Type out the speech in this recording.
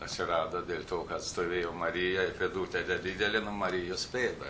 atsirado dėl to kad stovėjo marija pėdu nedidelė marijos pėda